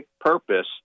purpose